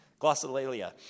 glossolalia